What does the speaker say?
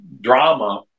drama